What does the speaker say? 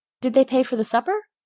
did they pay for the supper?